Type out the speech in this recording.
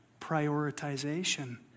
prioritization